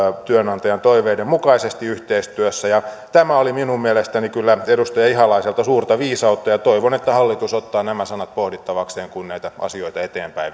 työnantajan toiveiden mukaisesti yhteistyössä tämä oli minun mielestäni kyllä edustaja ihalaiselta suurta viisautta ja toivon että hallitus ottaa nämä sanat pohdittavakseen kun näitä asioita eteenpäin